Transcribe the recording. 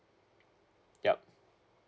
yup